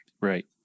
Right